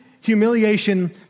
humiliation